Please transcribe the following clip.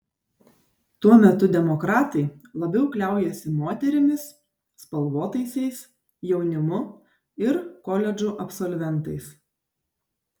tuo metu demokratai labiau kliaujasi moterimis spalvotaisiais jaunimu ir koledžų absolventais